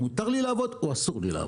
אם מותר לי לעבוד או אסור לי לעבוד.